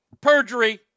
perjury